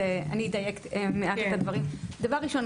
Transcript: אדייק מעט את הדברים: דבר ראשון,